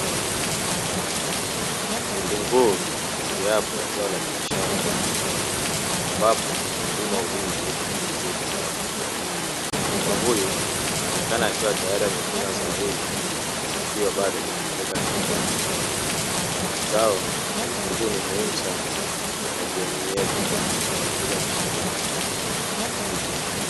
Vitunguu ni mojawapo ya zao la biashara ambapo mkulima ulima ili kujiingizia kipato, mkulima huyu anaonekana akiwa tayari amevuna zao hili akiwa bado hajalipeleka sokoni, zao la vitunguu ni muhimu sana kwa jamii yetu ya afrika mashariki.